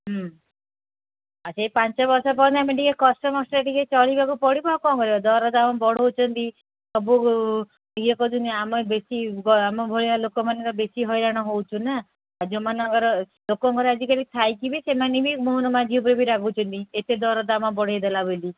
ହୁଁ ଆଉ ସେଇ ପାଞ୍ଚ ବର୍ଷ ପର୍ଯ୍ୟନ୍ତ ଆମେ ଟିକେ କଷ୍ଟ ମଷ୍ଟେ ଟିକେ ଚଳିବାକୁ ପଡ଼ିବ ଆଉ କ'ଣ କରିବା ଦର ଦାମ୍ ବଢ଼ଉଛନ୍ତି ସବୁ ଇଏ କରୁଛନ୍ତି ଆମେ ବେଶୀ ଆମ ଭଳିଆ ଲୋକମାନେ ବେଶୀ ହଇରାଣ ହଉଚୁ ନା ଆଉ ଯେଉଁ ମାନଙ୍କର ଲୋକଙ୍କର ଆଜିକାଲି ଥାଇ କି ବି ସେମାନେ ବି ମୋହନ ମାଝି ଉପରେ ବି ରାଗୁଛନ୍ତି ଏତେ ଦରଦାମ ବଢ଼େଇ ଦେଲା ବୋଲି